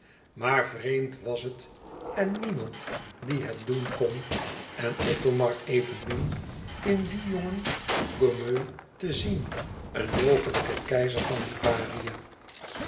maar vreemd was het en niemand die het doen kon en othomar evenmin in dien jongen gommeux te zien een mogelijk keizer van liparië